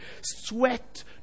sweat